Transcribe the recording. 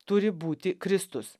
turi būti kristus